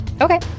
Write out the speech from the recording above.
Okay